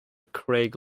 craig